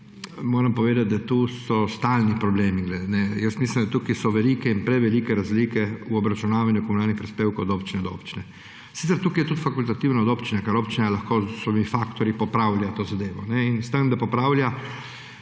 moram povedati, da to so stalni problemi, mislim, da so tukaj velike in prevelike razlike v obračunavanju komunalnih prispevkih od občine do občine. Sicer tukaj je tudi fakultativno od občine, ker občina lahko z vsemi faktorji popravlja to zadevo in s tem, da popravlja,